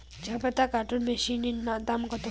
চাপাতা কাটর মেশিনের দাম কত?